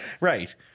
right